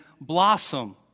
blossom